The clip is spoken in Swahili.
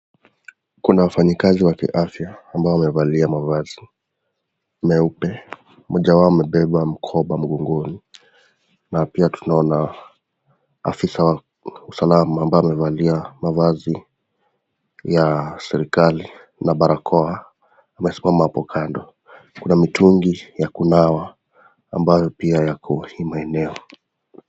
Kuna wafanyikazi wa kiafya ambao wamevalia mavazi meupe, mmoja wao amebeba mkoba mgongoni na pia tunaona afisa wa usalama ambaye amevalia mavazi ya serikali na barakoa amesimama hapo kando, kuna mitungi ya kunawa ambayo pia yako hii maeneo.